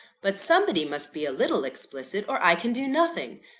but somebody must be a little explicit, or i can do nothing.